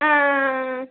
आं आं आं